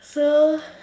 !huh!